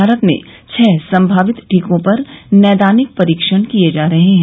भारत में छह संभावित टीकों पर नैदानिक परीक्षण किए जा रहे हैं